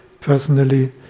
personally